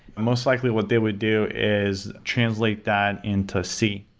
most likely, what they would do is translate that into c,